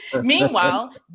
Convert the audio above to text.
Meanwhile